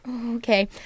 Okay